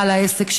בעל העסק,